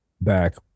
back